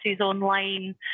online